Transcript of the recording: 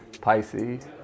pisces